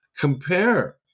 compare